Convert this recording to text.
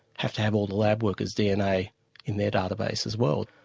have to have all the lab workers' dna in their database as well.